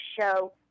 show